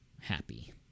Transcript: happy